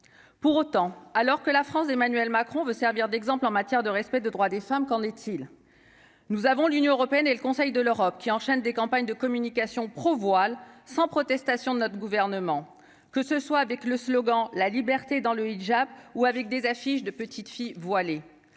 pour autant alors que la France Emmanuel Macron veut servir d'exemple en matière de respect de droits des femmes, qu'en est-il, nous avons l'Union européenne et le Conseil de l'Europe qui enchaîne des campagnes de communication pro-voile sans protestation de notre gouvernement, que ce soit avec le slogan la liberté dans le hidjab ou avec des affiches de petites filles voilées,